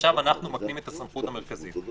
עכשיו אנחנו מקנים את הסמכות המרכזית.